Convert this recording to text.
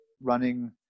running